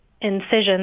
incision